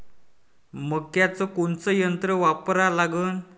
मक्याचं कोनचं यंत्र वापरा लागन?